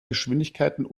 geschwindigkeiten